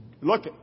Look